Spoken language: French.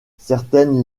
certaines